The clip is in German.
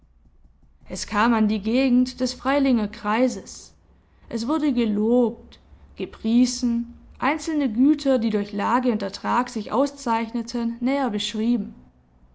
es kam an die gegend des freilinger kreises es wurde gelobt gepriesen einzelne güter die durch lage und ertrag sich auszeichneten näher beschrieben